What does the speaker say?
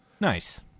Nice